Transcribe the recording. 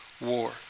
war